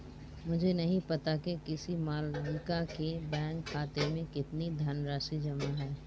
मुझे नही पता कि किसी मालविका के बैंक खाते में कितनी धनराशि जमा है